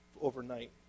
overnight